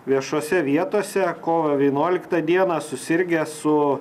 viešose vietose kovo vienuoliktą dieną susirgęs su